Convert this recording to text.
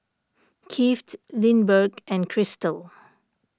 Kieth Lindbergh and Krystle